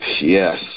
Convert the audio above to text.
Yes